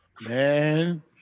Man